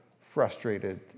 frustrated